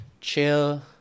chill